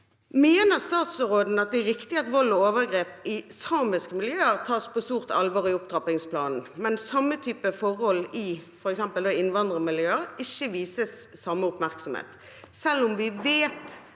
Mener statsråden at det er riktig at vold og overgrep i samiske miljøer tas på stort alvor i opptrappingsplanen, mens samme type forhold i f.eks. innvandrermiljøer ikke vies samme oppmerksomhet, selv om vi vet